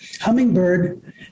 hummingbird